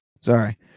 Sorry